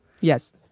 Yes